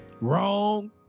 Wrong